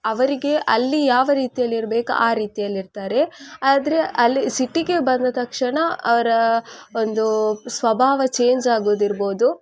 ಅವರಿಗೆ ಅಲ್ಲಿ ಯಾವ ರೀತಿಯಲ್ಲಿರ್ಬೇಕು ಆ ರೀತಿಯಲ್ಲಿರ್ತಾರೆ ಆದರೆ ಅಲ್ಲಿ ಸಿಟಿಗೆ ಬಂದ ತಕ್ಷಣ ಅವರ ಒಂದೂ ಸ್ವಭಾವ ಚೇಂಜ್ ಆಗೋದಿರ್ಬೋದು